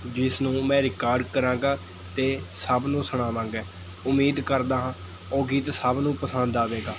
ਜਿਸ ਨੂੰ ਮੈਂ ਰਿਕਾਰਡ ਕਰਾਂਗਾ ਅਤੇ ਸਭ ਨੂੰ ਸੁਣਾਵਾਂਗਾ ਉਮੀਦ ਕਰਦਾ ਹਾਂ ਉਹ ਗੀਤ ਸਭ ਨੂੰ ਪਸੰਦ ਆਵੇਗਾ